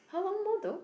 how long more though